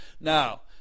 Now